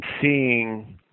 seeing